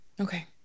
Okay